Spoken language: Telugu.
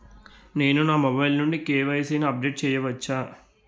నేను నా మొబైల్ నుండి కే.వై.సీ ని అప్డేట్ చేయవచ్చా?